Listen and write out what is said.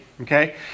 okay